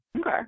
Okay